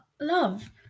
love